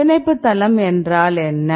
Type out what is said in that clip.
பிணைப்பு தளம் என்றால் என்ன